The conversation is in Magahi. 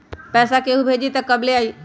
पैसा केहु भेजी त कब ले आई?